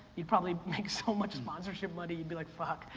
you'd probably make so much sponsorship money you'd be like fuck.